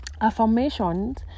affirmations